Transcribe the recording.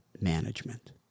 management